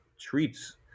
treats